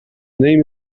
name